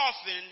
often